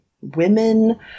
women